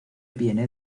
viene